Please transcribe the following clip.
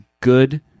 good